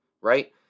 right